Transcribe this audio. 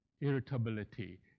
irritability